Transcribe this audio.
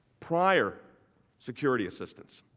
prior security assistance.